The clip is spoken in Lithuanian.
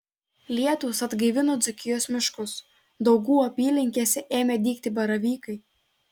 lietūs atgaivino dzūkijos miškus daugų apylinkėse ėmė dygti baravykai